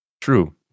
True